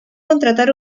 contratar